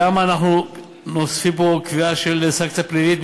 למה אנחנו מוסיפים פה קביעה של סנקציה פלילית?